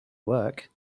work